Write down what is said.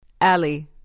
Ali